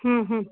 हम्म हम्म